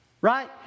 Right